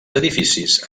edificis